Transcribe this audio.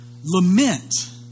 lament